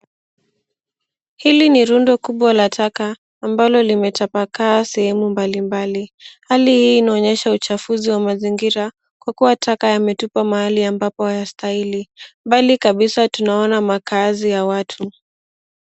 Hili ni rundo kubwa la taka ambalo limetapakaa sehemu mbalimbali, hali hii inaonyesha uchafuzi wa mazingira kwa kuwa taka yametupwa mahali ambapo hayastahili, mbali kabisa tunaona makaazi ya watu .